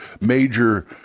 major